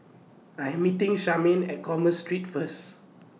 I Am meeting Charmaine At Commerce Street First